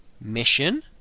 Mission